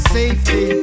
safety